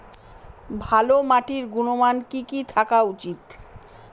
ভালো মাটির গুণমান কি কি থাকা উচিৎ?